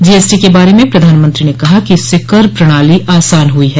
GST के बारे में प्रधानमंत्री ने कहा कि इससे कर प्रणाली आसान हुई है